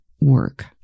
work